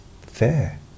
fair